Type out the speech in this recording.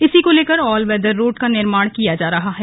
इसी को लेकर ऑल वेदर रोड का निर्माण किया जा रहा है